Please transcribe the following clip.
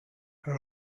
her